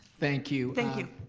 thank you. thank you.